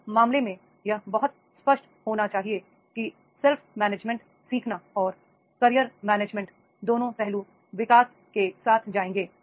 उस मामले में यह बहुत स्पष्ट होना चाहिए कि सेल्फ मैनेजमेंट सीखना और कैरियर मैनेजमेंट दोनों पहलू विकास के साथ जाएंगे